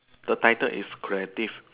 the title is creative